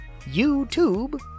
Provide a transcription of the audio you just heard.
YouTube